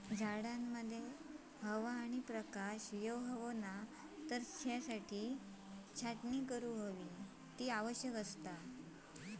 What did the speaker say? झाडांमध्ये हवा आणि प्रकाश येवसाठी छाटणी करणा आवश्यक असा